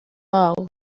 wabo